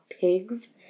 pigs